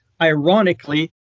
ironically